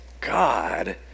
God